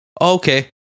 okay